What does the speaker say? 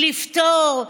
לפתור,